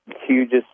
hugest